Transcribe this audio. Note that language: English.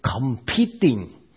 competing